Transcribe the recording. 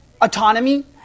autonomy